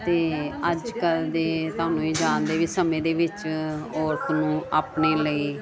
ਅਤੇ ਅੱਜ ਕੱਲ੍ਹ ਦੇ ਤੁਹਾਨੂੰ ਇਹ ਜਾਣਦੇ ਵੀ ਸਮੇਂ ਦੇ ਵਿੱਚ ਔਰਤ ਨੂੰ ਆਪਣੇ ਲਈ